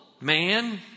man